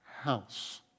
house